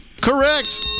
Correct